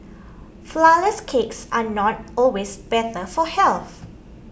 Flourless Cakes are not always better for health